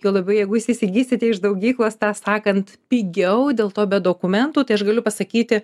juo labiau jeigu jūs įsigysite iš daudyklos tą sakant pigiau dėl to be dokumentų tai aš galiu pasakyti